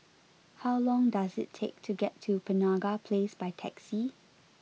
how long does it take to get to Penaga Place by taxi